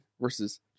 versus